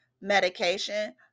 medication